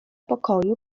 pokoju